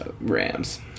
Rams